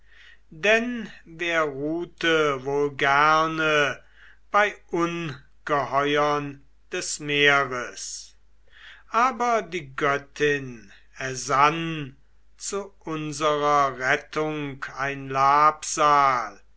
denn wer ruhte wohl gerne bei ungeheuern des meeres aber die göttin ersann zu unserer rettung ein labsal